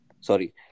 Sorry